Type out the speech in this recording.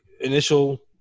initial